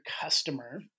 customer